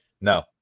No